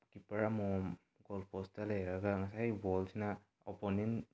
keeper ꯑꯃꯃꯝꯅ goal post ꯂꯩꯔꯒ ꯉꯁꯥꯏ ꯕꯣꯜꯁꯤꯅ ꯑꯣꯞꯄꯣꯅꯦꯟ